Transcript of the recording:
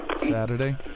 Saturday